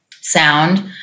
sound